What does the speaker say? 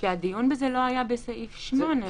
הן לא המעסיקות, לא המנהלות, לא המחזיקות ולא ולא.